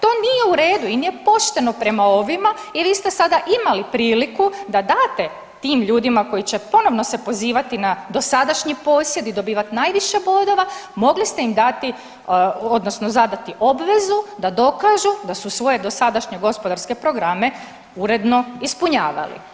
To nije u redu i nije pošteno prema ovima jer i vi ste sada imali priliku da date tim ljudima koji će ponovno se pozivati na dosadašnji posjed i dobivati najviše bodova mogli ste im dati odnosno zadati obvezu da dokažu da su svoje dosadašnje gospodarske programe uredno ispunjavali.